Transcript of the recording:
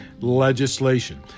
legislation